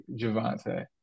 Javante